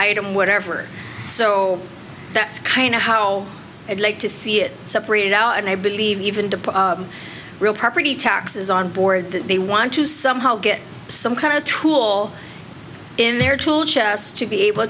item whatever so that's kind of how it like to see it separated out and i believe even to put real property taxes on board that they want to somehow get some kind of tool in their tool chest to be able